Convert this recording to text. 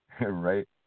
Right